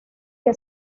que